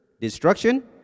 Destruction